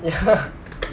ya